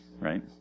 right